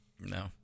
No